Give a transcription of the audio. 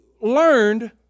learned